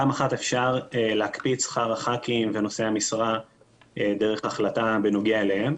פעם אחת אפשר להקפיא את שכר הח"כים ונושאי המשרה דרך החלטה בנוגע אליהם,